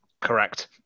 Correct